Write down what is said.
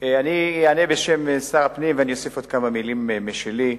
אני אענה בשם שר הפנים ואוסיף עוד כמה מלים משלי.